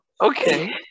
Okay